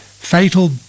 Fatal